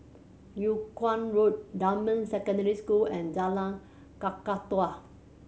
Yung Kuang Road Dunman Secondary School and Jalan Kakatua